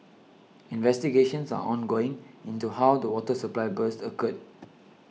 investigations are ongoing into how the water supply burst occurred